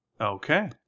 Okay